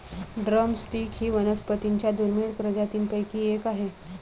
drum stick ही वनस्पतीं च्या दुर्मिळ प्रजातींपैकी एक आहे